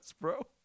bro